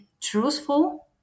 truthful